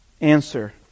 answer